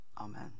Amen